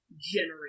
generate